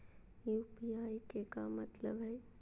UPI के का मतलब हई?